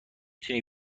تونی